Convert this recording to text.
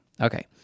okay